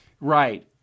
Right